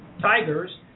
tigers